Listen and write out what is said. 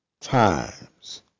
times